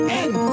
end